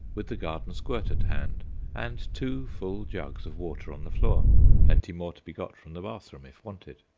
with the garden squirt at hand and two full jugs of water on the floor plenty more to be got from the bathroom if wanted.